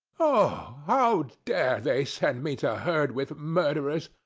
oh, how dare they send me to herd with murderers!